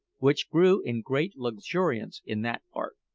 which grew in great luxuriance in that part.